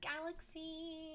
Galaxy